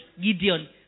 Gideon